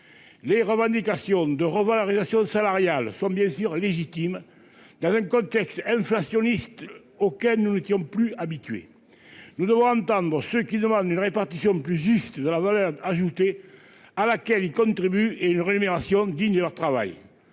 les revendications de revalorisations salariales sont bien sûr légitimes dans un contexte inflationniste auquel nous étions plus habitués, nous devons Ramtane dans ce qui demande une répartition plus juste de la valeur ajoutée, à laquelle il contribue et une rémunération digne de leur travail,